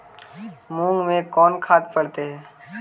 मुंग मे कोन खाद पड़तै है?